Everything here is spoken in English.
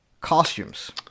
costumes